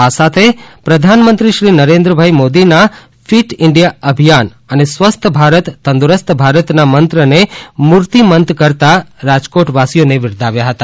આ સાથે વડાપ્રધાનશ્રી નરેન્દ્રભાઇ મોદીના ફીટ ઇન્ડીયા અભિયાન અને સ્વસ્થ ભારત તંદુરસ્ત ભારત ના મંત્રને મૂર્તિમંત કરતા રાજકોટવાસીઓને બિરદાવ્યા હતા